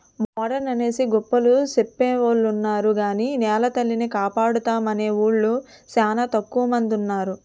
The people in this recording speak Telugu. మోడరన్ అనేసి గొప్పలు సెప్పెవొలున్నారు గాని నెలతల్లిని కాపాడుతామనేవూలు సానా తక్కువ మందున్నారు